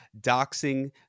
doxing